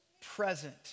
present